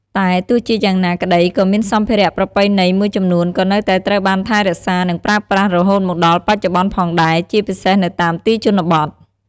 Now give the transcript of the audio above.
តែទោះជាយ៉ាងណាក្តីក៏មានសម្ភារៈប្រពៃណីមួយចំនួនក៏នៅតែត្រូវបានថែរក្សា និងប្រើប្រាស់រហូតមកដល់បច្ចុប្បន្នផងដែរ ជាពិសេសនៅតាមទីជនបទ។